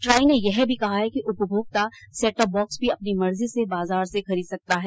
try ने यह भी कहा है कि उपमोक्ता सेट टॉप बॉक्स भी अपनी मर्जी से बाजार से खरीद सकता है